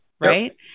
right